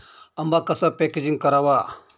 आंबा कसा पॅकेजिंग करावा?